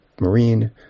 Marine